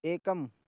एकम्